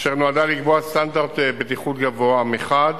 אשר נועדה לקבוע סטנדרט בטיחות גבוה מחד